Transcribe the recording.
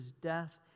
death